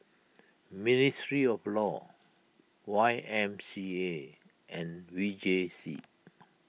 ministry of law Y M C A and V J C